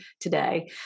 today